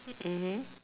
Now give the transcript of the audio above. mmhmm